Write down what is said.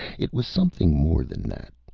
it was something more than that,